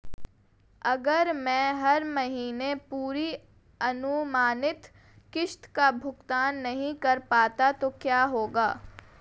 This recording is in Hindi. अगर मैं हर महीने पूरी अनुमानित किश्त का भुगतान नहीं कर पाता तो क्या होगा?